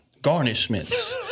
Garnishments